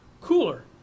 cooler